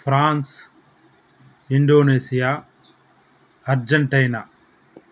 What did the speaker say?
France Indonesia Argentina